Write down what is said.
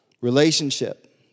relationship